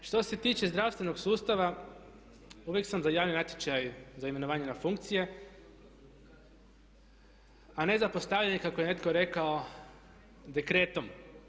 Što se tiče zdravstvenog sustava uvijek sam za javni natječaj za imenovanje na funkcije, a ne zapostavljanje kako je netko rekao dekretom.